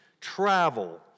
travel